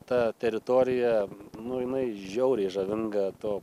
ta teritorija nu jinai žiauriai žavinga to